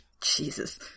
jesus